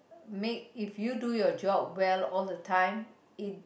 make if you do your job well all the time